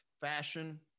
fashion